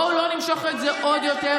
בואו לא נמשוך את זה עוד יותר.